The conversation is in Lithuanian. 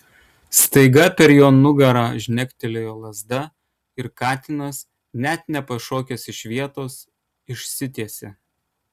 staiga per jo nugarą žnektelėjo lazda ir katinas net nepašokęs iš vietos išsitiesė